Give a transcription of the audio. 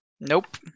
Nope